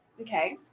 Okay